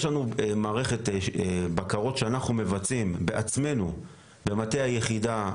יש לנו מערכת בקרות שאנחנו בעצמנו מבצעים במטה היחידה.